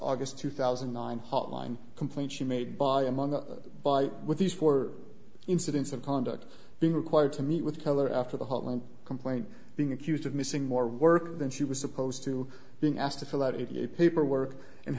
august two thousand and nine hotline complaint she made by among the by with these four incidents of conduct being required to meet with color after the hotline complaint being accused of missing more work than she was supposed to being asked to fill out eighty eight paperwork and